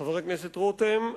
חבר הכנסת רותם,